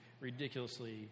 ridiculously